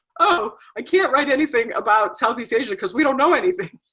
oh, i can't write anything about southeast asia cause we don't know anything.